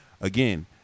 Again